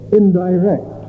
indirect